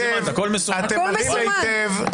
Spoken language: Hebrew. הכול מסומן.